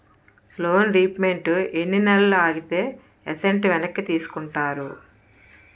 Loan repayment ఎన్ని నెలలు ఆగితే ఎసట్ వెనక్కి తీసుకుంటారు?